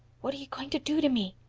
what are you going to do to me?